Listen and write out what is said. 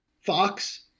Fox